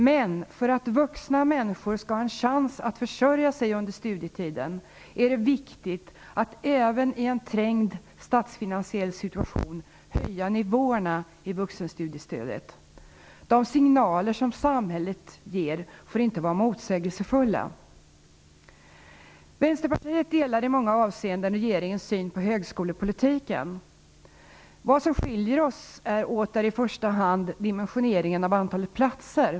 Men för att vuxna människor skall ha en chans att försörja sig under studietiden är det viktigt att även i en trängd statsfinansiell situation höja nivåerna i vuxenstudiestödet. De signaler som samhället ger får inte vara motsägelsefulla. Vänsterpartiet delar i många avseenden regeringens syn på högskolepolitiken. Vad som skiljer oss åt är i första hand dimensioneringen av antalet platser.